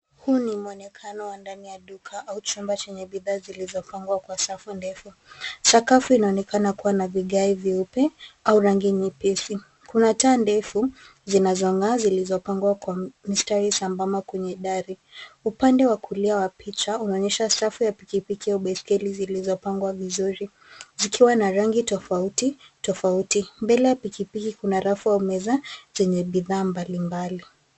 Huu ni muonekano wa ndani ya duka au chumba chenye bidhaa zilizofungwa kwa safu ndefu. Sakafu inaonekana kuwa na vigae vyeupe au rangi nyepesi. Kuna taa ndefu zinazong'aa na zilizopangwa kwa mistari sambamba kwenye dari. Upande kulia wa picha unaonyesha safu ya pikipiki au baisikeli zilizopangwa vizuri zikiwa na rangi tofauti tofauti. Mbele ya pikipiki kuna rafu au meza zenye bidhaa mbalimbali.